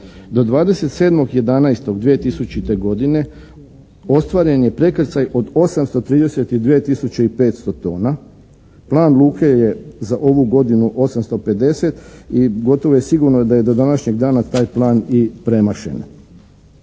Do 27.11.2000. godine ostvaren je prekrcaj od 832 tisuće i 500 tona. Plan luke je za ovu godinu 850 i gotovo je sigurno da je do današnjeg dana taj plan i premašen.